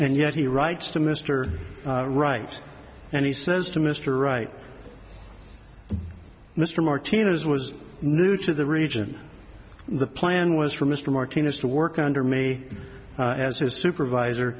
and yet he writes to mr right and he says to mr right mr martinez was new to the region the plan was for mr martinez to work under me as his supervisor